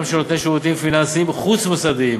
של נותני שירותים פיננסיים חוץ-מוסדיים,